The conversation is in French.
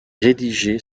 rédigé